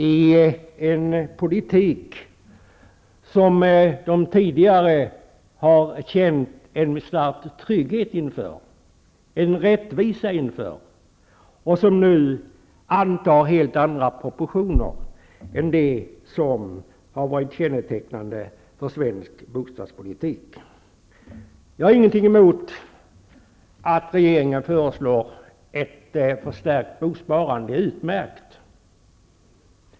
De har tidigare känt en trygghet och en rättvisa inför den förda bostadspolitiken, som nu antar helt andra proportioner än dem som har varit kännetecknande för svensk bostadspolitik. Jag har ingenting emot att regeringen föreslår ett förstärkt bosparande, det är utmärkt.